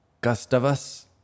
Gustavus